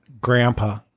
Grandpa